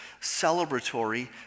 celebratory